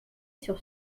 sur